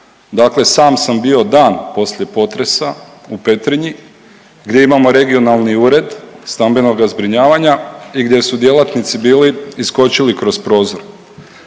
sam sam bio dan poslije potresa u Petrinji gdje imamo regionalni ured stambenoga zbrinjavanja i gdje su djelatnici bili iskočili kroz prozor.